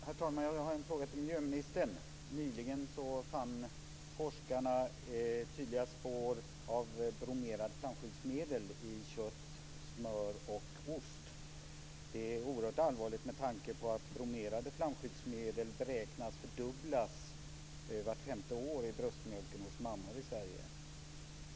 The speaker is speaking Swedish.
Herr talman! Jag har en fråga till miljöministern. Nyligen fann forskarna tydliga spår av bromerade flamskyddsmedel i kött, smör och ost. Det är oerhört allvarligt med tanke på att bromerade flamskyddsmedel beräknas fördubblas vart femte år i bröstmjölken hos mammor i Sverige.